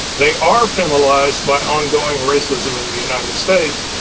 they are penalized by ongoing racism in the united states.